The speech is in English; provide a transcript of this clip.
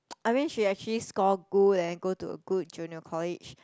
I mean she actually score good and then go to a good Junior College